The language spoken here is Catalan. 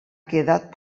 quedat